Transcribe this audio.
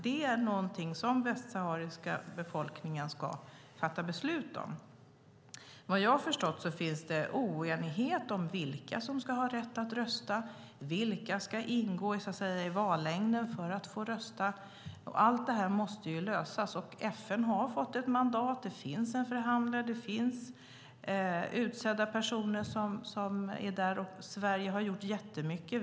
Det ska den västsahariska befolkningen fatta beslut om. Vad jag förstått råder det oenighet om vilka som ska ha rätt att rösta, vilka som ska ingå i vallängden för att få rösta. Allt sådant måste lösas. FN har fått ett mandat. Det finns en förhandlare. Det finns utsedda personer som är där. Sverige har gjort jättemycket.